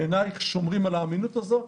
בעינייך, שומרים על האמינות הזו?